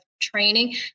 training